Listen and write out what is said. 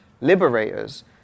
liberators